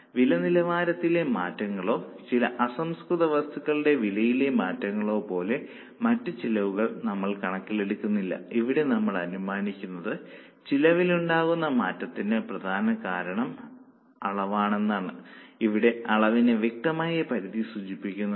അതിനാൽ വിലനിലവാരത്തിലെ മാറ്റങ്ങളോ ചില അസംസ്കൃത വസ്തുക്കളുടെ വിലയിലെ മാറ്റങ്ങളോ പോലുള്ള മറ്റ് ചെലവുകൾ നമ്മൾ കണക്കിലെടുക്കുന്നില്ല ഇവിടെ നമ്മൾ അനുമാനിക്കുന്നത് ചെലവിൽ ഉണ്ടാകുന്ന മാറ്റത്തിന് പ്രധാനകാരണം അളവാണെന്നാണ് ഇവിടെ അളവിന് വ്യക്തമായ പരിധി സൂചിപ്പിക്കുന്നുണ്ട്